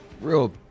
real